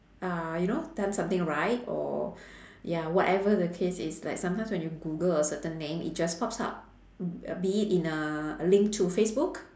uh you know done something right or ya whatever the case is like sometimes when you google a certain name it just pops up b~ be it in a link to facebook